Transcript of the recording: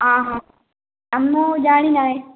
ଆ ହଁ ଆ ମୁଁ ଜାଣି ନାହିଁ